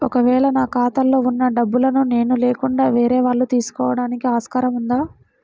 ఒక వేళ నా ఖాతాలో వున్న డబ్బులను నేను లేకుండా వేరే వాళ్ళు తీసుకోవడానికి ఆస్కారం ఉందా?